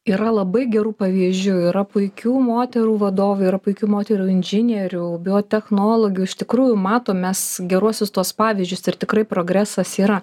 yra labai gerų pavyzdžių yra puikių moterų vadovių yra puikių moterų inžinierių biotechnologių iš tikrųjų matom mes geruosius tuos pavyzdžius ir tikrai progresas yra